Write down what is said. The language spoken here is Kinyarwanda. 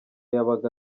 yabaga